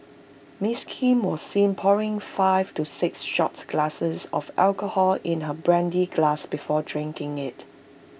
miss Kim was seen pouring five to six shot glasses of alcohol in her brandy glass before drinking IT